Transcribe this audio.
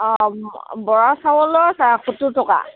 অঁ বৰা চাউলৰ সত্তৰ টকা